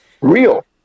real